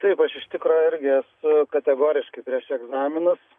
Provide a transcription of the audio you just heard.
taip aš iš tikro irgi esu kategoriškai prieš egzaminus